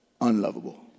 Unlovable